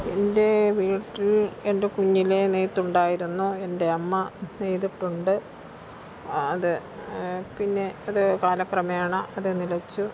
എൻ്റെ വീട്ടിൽ എൻ്റെ കുഞ്ഞിലെ നെയ്ത്തുണ്ടായിരുന്നു എൻ്റെ അമ്മ നെയ്തിട്ടുണ്ട് അത് പിന്നെ അത് കാലക്രമേണ അത് നിലച്ചു